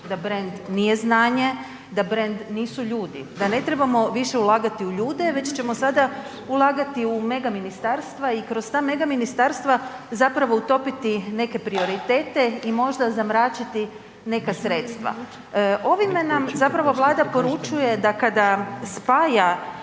da brand nije znanje, da brand nisu ljudi, da ne trebamo više ulagati u ljude, već ćemo sada ulagati u mega ministarstva i kroz ta mega ministarstva zapravo utopiti neke prioritete i možda zamračiti neka sredstva. Ovime nam zapravo Vlada poručuje, da kada spaja